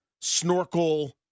snorkel